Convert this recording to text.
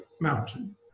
mountain